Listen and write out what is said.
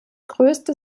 größte